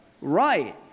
right